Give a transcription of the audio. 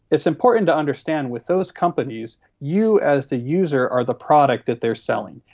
it's important to understand with those companies you as the user are the product that they are selling,